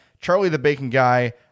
CharlieTheBaconGuy